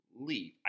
leave